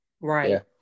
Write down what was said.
right